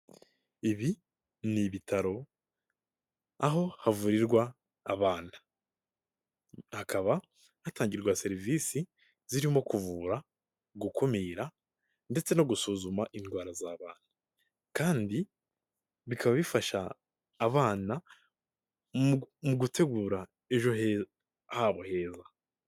Ibi ni ibitaro aho havurirwa abantu, hakaba hatangirwa serivisi zirimo kuvura, gukumira ndetse no gusuzuma indwara z'abantu kandi bikaba bifasha abana mu gutegura ejo heza habo heza.